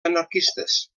anarquistes